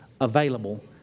available